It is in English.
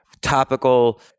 topical